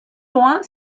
loin